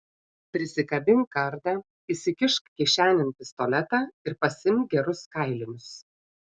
prisikabink kardą įsikišk kišenėn pistoletą ir pasiimk gerus kailinius